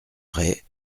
retz